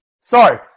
Sorry